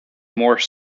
more